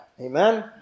Amen